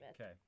Okay